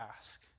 ask